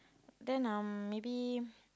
then um maybe